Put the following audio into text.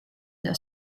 that